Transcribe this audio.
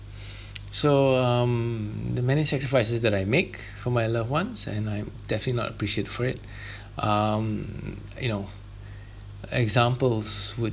so um the many sacrifices that I make for my loved ones and I'm definitely not appreciate for it um you know examples would